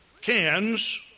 cans